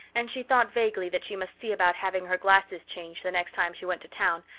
and she thought vaguely that she must see about having her glasses changed the next time she went to town,